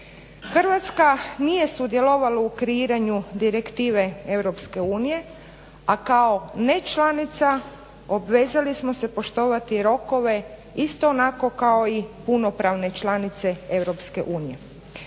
Hrvatska nije sudjelovala u kreiranju direktive Europske unije, a kao nečlanica obvezali smo se poštovati rokove isto onako kao i punopravne članice